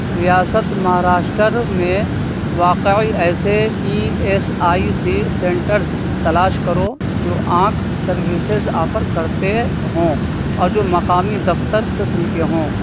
ریاست مہاراشٹرا میں واقعی ایسے E S I C centres تلاش کرو جو آنکھ سروسز آفر کرتے ہوں آ جو مقامی دفتر قسم کے ہوں